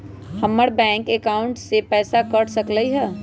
हमर bank account से पैसा कट सकलइ ह?